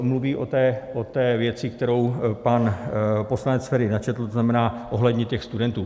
Mluví o té věci, kterou pan poslanec Feri načetl, to znamená ohledně těch studentů.